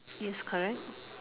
yes correct